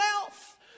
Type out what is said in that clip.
wealth